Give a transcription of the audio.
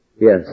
Yes